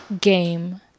game